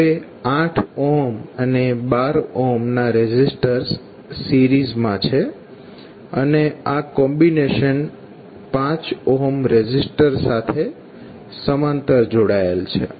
હવે 8 અને 12 resistors series માં છે અને આ કોમ્બીનેશન 5 રેઝિસ્ટર સાથે સમાંતર જોડાયેલ છે